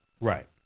Right